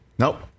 Nope